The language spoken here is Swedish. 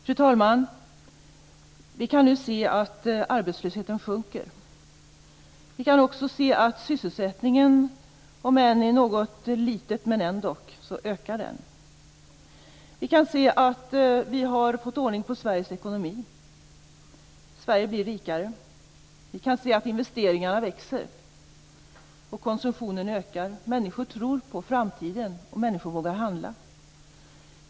Fru talman! Vi kan nu se att arbetslösheten sjunker. Vi kan också se att sysselsättningen - om än i liten mån - ökar. Vi kan se att vi har fått ordning på Sveriges ekonomi. Sverige blir rikare. Vi kan se att investeringarna växer och att konsumtionen ökar. Människor tror på framtiden och vågar handla.